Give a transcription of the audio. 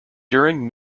during